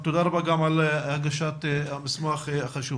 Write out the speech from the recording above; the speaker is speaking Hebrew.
תודה רבה גם על הגשת המסמך החשוב.